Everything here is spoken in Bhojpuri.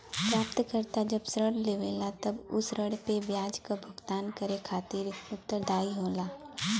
प्राप्तकर्ता जब ऋण लेवला तब उ ऋण पे ब्याज क भुगतान करे खातिर उत्तरदायी होला